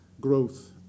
growth